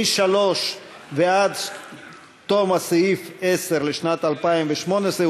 מ-3 ועד תום סעיף 10 לשנת 2018,